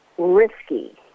risky